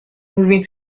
moving